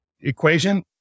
equation